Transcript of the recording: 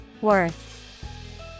Worth